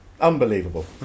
unbelievable